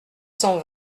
cent